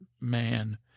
man